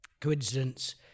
coincidence